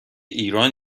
ایران